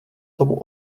tomu